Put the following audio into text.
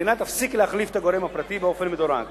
המדינה תפסיק להחליף את הגורם הפרטי באופן מדורג.